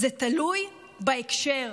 זה תלוי בהקשר.